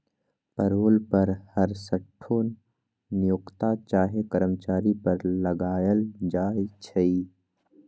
payroll कर हरसठ्ठो नियोक्ता चाहे कर्मचारी पर लगायल जाइ छइ